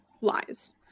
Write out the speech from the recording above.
lies